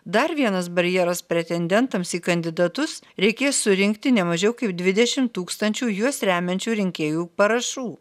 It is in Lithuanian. dar vienas barjeras pretendentams į kandidatus reikės surinkti ne mažiau kaip dvidešimt tūkstančių juos remiančių rinkėjų parašų